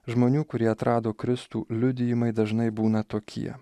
žmonių kurie atrado kristų liudijimai dažnai būna tokie